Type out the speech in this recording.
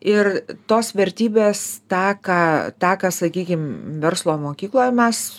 ir tos vertybės tą ką tą ką sakykim verslo mokykloj mes